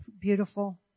beautiful